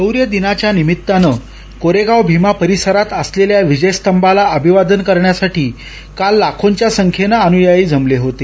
शौर्य दिनाच्या निमित्तानं कोरेगाव भीमा परिसरात असलेल्या विजयस्तभाला अभिवादन करण्यासाठी काल लाखोंच्या संख्येनं अनुयायी जमले होते